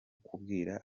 kubwira